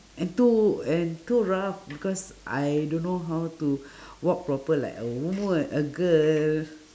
and too and too rough because I don't know how to walk proper like a woman a girl